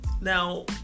Now